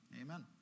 amen